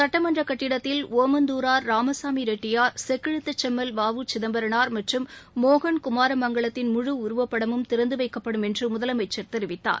சட்டமன்றக் கட்டிடத்தில் ஒமந்தூரார் ராமசாமி ரெட்டியார் செக்கிழுத்த செம்மல் வ உ சிதம்பரனார் மற்றும் மோகன் குமாரமங்கலத்தின் முழு உருவப்படமும் திறந்து வைக்கப்படும் என்று முதலமைச்சர் தெரிவித்தார்